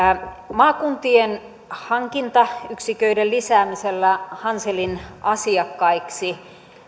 maakuntien hankintayksiköiden lisäämisellä hanselin asiakkaiksi